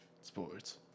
Sports